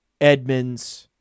Edmonds